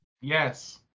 Yes